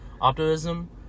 optimism